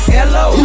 Hello